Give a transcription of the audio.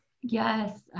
yes